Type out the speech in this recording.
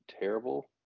terrible